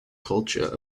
culture